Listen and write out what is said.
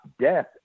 death